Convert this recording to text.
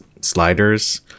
Sliders